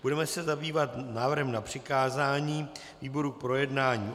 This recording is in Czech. Budeme se zabývat návrhem na přikázání výboru k projednání.